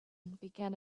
began